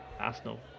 Arsenal